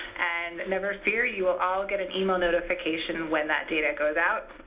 and never fear, you will all get an email notification when that data goes out.